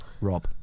Rob